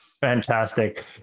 Fantastic